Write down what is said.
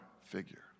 figure